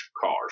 cars